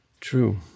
true